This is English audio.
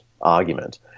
argument